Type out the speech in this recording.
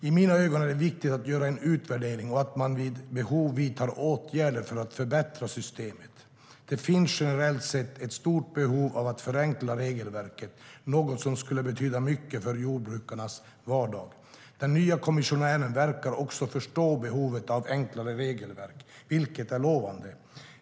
I mina ögon är det viktigt att göra en utvärdering och att man vid behov vidtar åtgärder för att förbättra systemet. Det finns generellt sett ett stort behov av att förenkla regelverken, något som skulle betyda mycket för jordbrukarnas vardag. Den nye kommissionären verkar också förstå behovet av enklare regelverk, vilket är lovande.